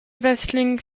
vasling